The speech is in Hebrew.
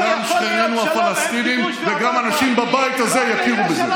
שגם שכנינו הפלסטינים וגם אנשים בבית הזה יכירו בזה.